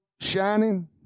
shining